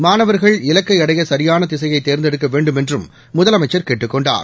மாணவர்கள் இலக்கை அடைய சரியான திசையை தேர்ந்தெடுக்க வேண்டுமென்றும் முதலமைச்சர் கேட்டுக் கொண்டார்